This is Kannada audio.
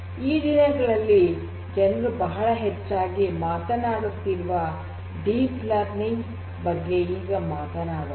ಈ ದಿನಗಳಲ್ಲಿ ಜನರು ಬಹಳ ಹೆಚ್ಚಾಗಿ ಮಾತನಾಡುತ್ತಿರುವ ಡೀಪ್ ಲರ್ನಿಂಗ್ ಬಗ್ಗೆ ಈಗ ಮಾತನಾಡೋಣ